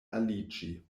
aliĝi